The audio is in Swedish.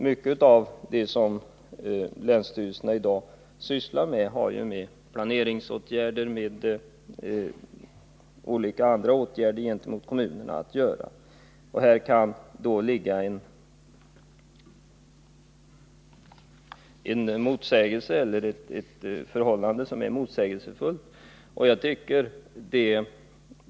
Mycket av det som länsstyrelserna i dag sysslar med har karaktären av planering för eller olika andra åtgärder som avser kommunerna, och detta kan uppfattas som motsägelsefullt i detta sammanhang.